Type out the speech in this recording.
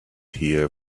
here